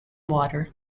water